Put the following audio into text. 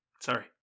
Sorry